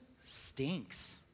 stinks